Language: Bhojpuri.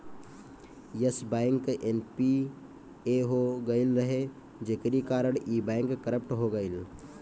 यश बैंक एन.पी.ए हो गईल रहे जेकरी कारण इ बैंक करप्ट हो गईल